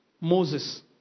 Moses